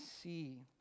see